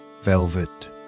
velvet